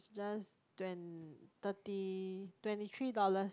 just twen~ thirty twenty three dollars